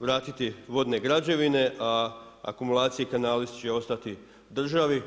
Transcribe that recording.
vratiti vodne građevine a akumulacija i kanali će ostati državi.